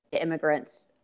immigrants